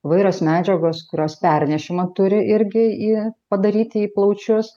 įvairios medžiagos kurios pernešimą turi irgi į padaryti į plaučius